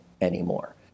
anymore